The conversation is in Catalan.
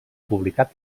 publicat